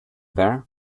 there